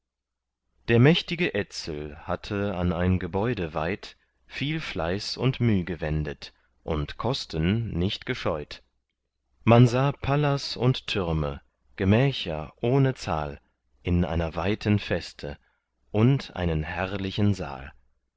der mächtige etzel hatte an ein gebäude weit viel fleiß und müh gewendet und kosten nicht gescheut man sah pallas und türme gemächer ohne zahl in einer weiten feste und einen herrlichen saal